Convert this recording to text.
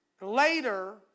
Later